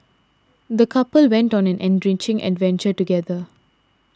the couple went on an enriching adventure together